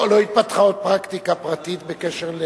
לא התפתחה עוד פרקטיקה פרטית בקשר,